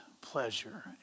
pleasure